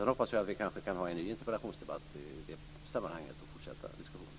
Sedan hoppas jag att vi kan ha en ny interpellationsdebatt i det sammanhanget och fortsätta diskussionen.